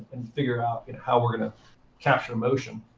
and figure out and how we're going to capture motion.